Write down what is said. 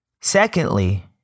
Secondly